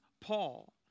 Paul